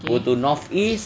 go to north east